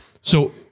So-